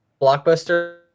Blockbuster